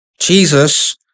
Jesus